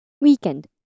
Weekend